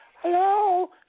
Hello